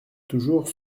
toujours